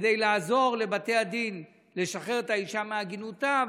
כדי לעזור לבתי הדין לשחרר את האישה מעגינותה.